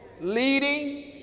leading